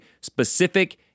specific